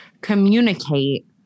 communicate